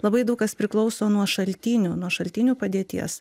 labai daug kas priklauso nuo šaltinių nuo šaltinių padėties